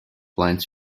plant